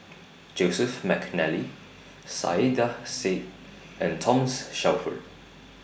Joseph Mcnally Saiedah Said and Thomas Shelford